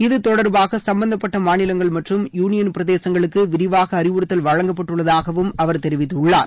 இத்தொடர்பாக சும்பந்தப்பட்ட மாநிலங்கள் மற்றும் யூனியன் பிரதேசங்களுக்கு விரிவாக அறிவுறுத்தல் வழங்கப்பட்டுள்ளதாகவும் அவர் தெரிவித்துள்ளார்